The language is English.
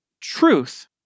truth